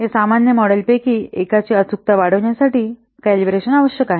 या सामान्य मॉडेलपैकी एकाची अचूकता वाढविण्यासाठी कॅलिब्रेशन आवश्यक आहे